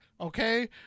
Okay